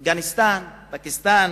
אפגניסטן, פקיסטן,